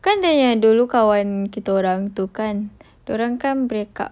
kan dianya dulu kawan kita orang tu kan dia orang kan breakup